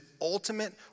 ultimate